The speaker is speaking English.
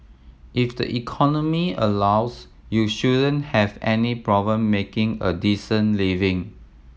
if the economy allows you shouldn't have any problem making a decent living